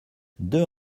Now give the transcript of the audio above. deux